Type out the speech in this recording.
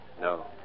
No